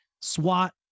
SWAT